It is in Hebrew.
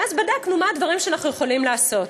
ואז בדקנו מה הדברים שאנחנו יכולים לעשות.